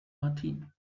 martín